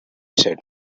said